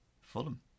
Fulham